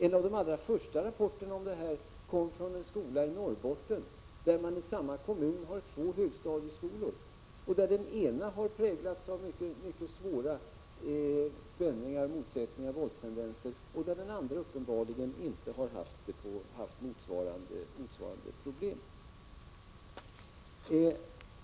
En av de allra första rapporterna kom från en skola i Norrbotten. I samma kommun hade man två högstadieskolor, varav den ena präglades av mycket svåra spänningar, motsättningar och våldstendenser medan den andra uppenbarligen inte har haft motsvarande problem.